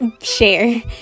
share